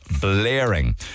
blaring